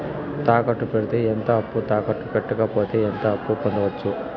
తాకట్టు పెడితే ఎంత అప్పు, తాకట్టు పెట్టకపోతే ఎంత అప్పు పొందొచ్చు?